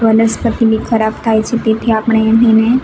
વનસ્પતિ બી ખરાબ થાય છે તેથી આપણે એને